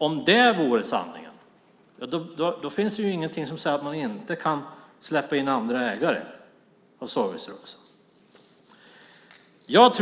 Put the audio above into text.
Om det vore sanningen finns inget som säger att man inte kan släppa in andra ägare. Sedan var det frågan om